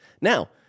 Now